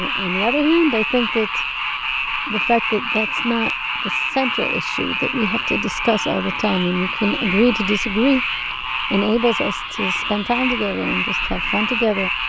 yeah on the other hand, i think that the fact that that's not the central issue that we have to discuss all the time when we can agree to disagree enables us to spend time together and just have fun together.